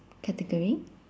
category